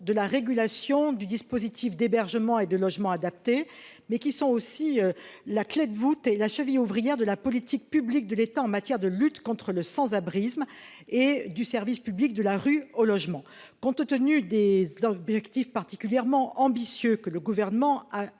de la régulation du dispositif d'hébergement et de logement adapté mais qui sont aussi la clé de voûte et la cheville ouvrière de la politique publique de l'État en matière de lutte contre le sans-abrisme et du service public de la rue, au logement, compte tenu des objectifs particulièrement ambitieux, que le gouvernement a